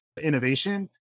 innovation